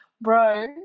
bro